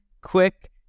quick